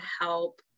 help